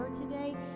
today